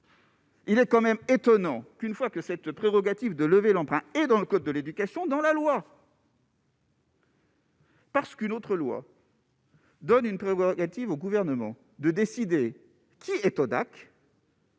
Il est quand même étonnant qu'une fois que cette prérogative de lever l'emprunt et dans le code de l'éducation dans la loi. Parce qu'une autre loi. Donne une prérogative au gouvernement de décider qui est Hodac.